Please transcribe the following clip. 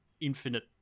infinite